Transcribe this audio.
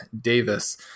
davis